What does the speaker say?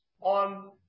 on